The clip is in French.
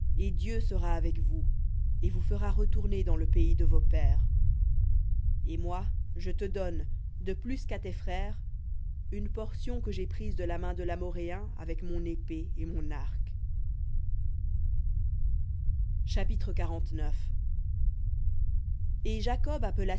et dieu sera avec vous et vous fera retourner dans le pays de vos pères et moi je te donne de plus qu'à tes frères une portion que j'ai prise de la main de l'amoréen avec mon épée et mon arc v chapitre et jacob appela